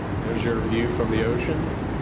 there's your view from the ocean.